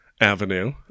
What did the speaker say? Avenue